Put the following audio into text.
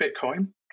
Bitcoin